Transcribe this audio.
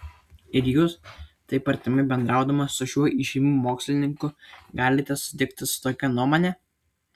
ir jūs taip artimai bendraudama su šiuo įžymiu mokslininku galite sutikti su tokia nuomone